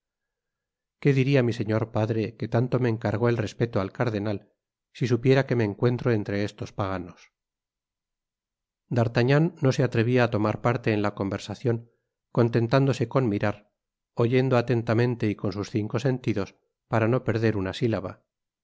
que diría mi señor padre que tanto me encargó el respeto al cardenal si supiera que me encuentro entre estos paganos d artagnan no se atrevía á tomar parte en la conversacion contentándose con mirar oyendo atentamente y con sus cinco sentidos para no perder una sílaba